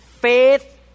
faith